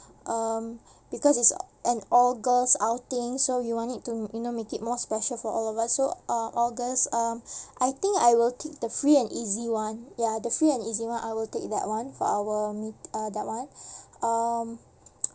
um because it's an all girls outing so we want it to you know make it more special for all of us so uh all girls um I think I will take the free and easy [one] ya the free and easy [one] I will take that [one] for our me~ uh that [one] um